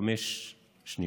וחמש שניות.